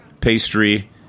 pastry